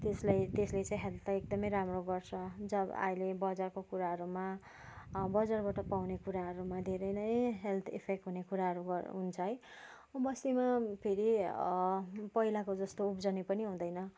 त्यसलाई त्यसले चाहिँ हेल्थलाई एकदमै राम्रो गर्छ जब अहिले बजारको कुराहरूमा बजारबाट पाउने कुराहरूमा धेरै नै हेल्थ इफेक्ट हुने कुराहरू हुन्छ है बस्तीमा फेरि पहिलाको जस्तो उब्जनी पनि हुँदैन